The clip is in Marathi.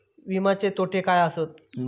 विमाचे तोटे काय आसत?